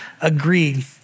agreed